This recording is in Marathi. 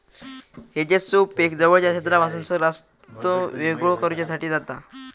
हेजेसचो उपेग जवळच्या क्षेत्रापासून रस्तो वेगळो करुच्यासाठी जाता